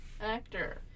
actor